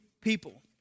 people